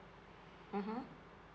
mmhmm